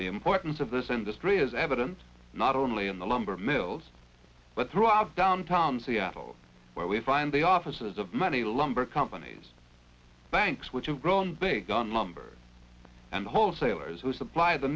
the importance of this industry is evident not only in the lumber mills but throughout downtown seattle where we find the offices of money lumber companies banks which have grown big gun lumber and wholesalers who supply the